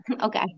okay